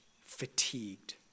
fatigued